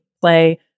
play